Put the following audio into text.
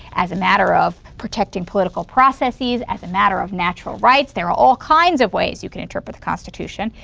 as a matter of protecting political processes? as a matter of natural rights? there are all kinds of ways you can interpret the constitution.